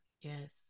Yes